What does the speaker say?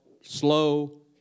slow